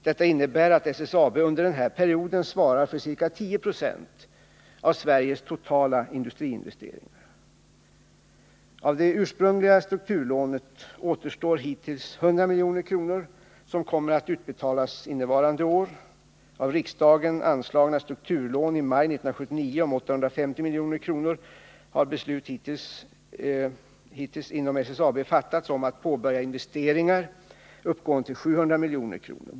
Detta innebär att SSAB under denna period svarar för ca 10 90 av Sveriges totala industriinvesteringar. Av det ursprungliga strukturlånet återstår hittills 100 milj.kr. som kommer att utbetalas innevarande år. Av det strukturlån som riksdagen i maj 1979 anslog 850 milj.kr. till har inom SSAB hittills beslut fattats att använda 700 milj.kr. för att påbörja investeringar.